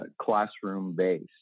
classroom-based